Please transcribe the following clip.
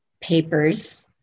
papers